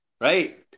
Right